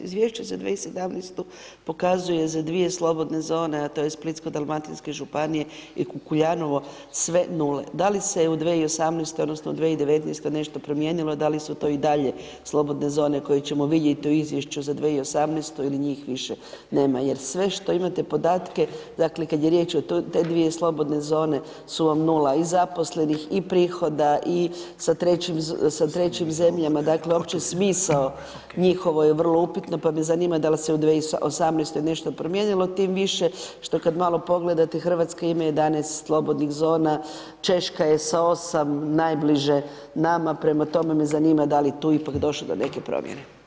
Izvješće za 2017. pokazuje za dvije slobodne zone, a to je splitsko-dalmatinske županije i Kukuljanovo, sve nule, da li se u 2018. odnosno u 2019. nešto promijenilo, da li su to i dalje slobodne zone koje ćemo vidjet u izvješću za 2018. ili njih više nema, jer sve što imate podatke, dakle, kad je riječ o te dvije slobodne zone su vam nula i zaposlenih i prihoda i sa trećim zemljama, dakle, uopće smisao njihovo je vrlo upitno, pa me zanima dal se u 2018. nešto promijenilo, tim više što kad malo pogledate RH ima 11 slobodnih zona, Češka je s 8 najbliže nama, prema tome me zanima da li je tu ipak došlo do neke promjene?